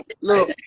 Look